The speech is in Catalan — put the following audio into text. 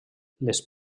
les